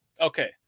Okay